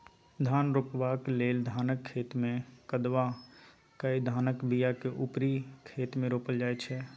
धान रोपबाक लेल धानक खेतमे कदबा कए धानक बीयाकेँ उपारि खेत मे रोपल जाइ छै